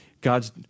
God's